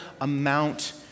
amount